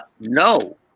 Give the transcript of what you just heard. no